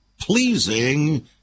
pleasing